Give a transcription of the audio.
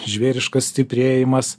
žvėriškas stiprėjimas